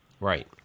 Right